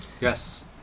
Yes